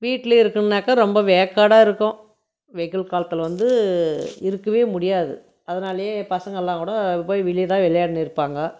வீட்டில் இருக்கணுனாக்க ரொம்ப வேக்காடாக இருக்கும் வெயில் காலத்தில் வந்து இருக்கவே முடியாது அதனாலேயே பசங்கல்லாம் கூட போய் வெளியே தான் வெளாடினு இருப்பாங்க